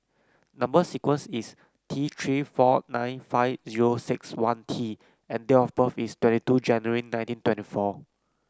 number sequence is T Three four nine five zero six one T and date of birth is twenty two January nineteen twenty four